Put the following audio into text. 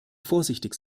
vorsichtig